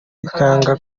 bikanga